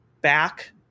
back